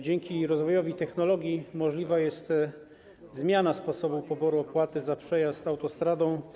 Dzięki rozwojowi technologii możliwa jest zmiana sposobu poboru opłaty za przejazd autostradą.